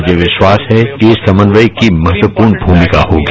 मुझे विश्वास है कि इस समन्वय की महत्वपूर्ण भूमिका होगी